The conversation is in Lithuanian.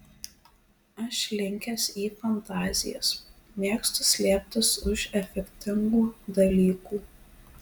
aš linkęs į fantazijas mėgstu slėptis už efektingų dalykų